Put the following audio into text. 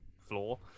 floor